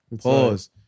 pause